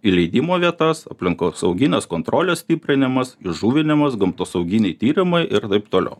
įleidimo vietas aplinkosauginės kontrolės stiprinimas įžuvinimas gamtosauginiai tyrimai ir taip toliau